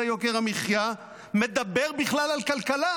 יוקר המחיה או מדבר בכלל על כלכלה?